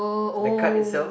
the card itself